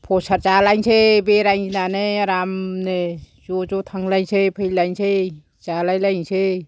प्रसाद जालायनोसै बेरायसै बेरायनानै आरामनो ज' ज' थांलायनोसै फैलायनोसै जालायलायनोसै